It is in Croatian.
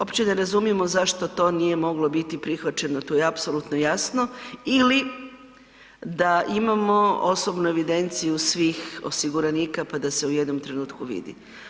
Opće ne razumijemo zašto to nije moglo biti prihvaćeno, to je apsolutno jasno ili da imamo osobnu evidenciju svih osiguranika pa da se u jednom trenutku vidi.